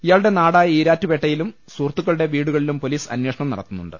ഇയാളുടെ നാടായ ഈരാറ്റുപേട്ടയിലും സുഹൃത്തുക്ക ളുടെ വീടുകളിലും പൊലീസ് അന്വേഷണം നടത്തുന്നുണ്ട്